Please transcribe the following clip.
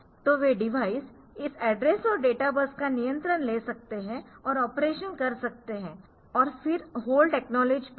तो वे डिवाइस इस एड्रेस और डेटा बस का नियंत्रण ले सकते है और ऑपरेशन कर सकते है और फिर होल्ड एकनॉलेज पिन है